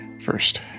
first